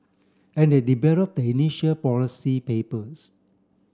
and they develop the initial policy papers